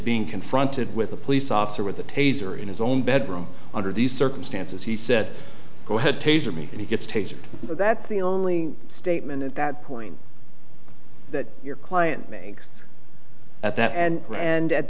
being confronted with a police officer with a taser in his own bedroom under these circumstances he said go ahead taser me and he gets taken so that's the only statement at that point that your client makes at that and and at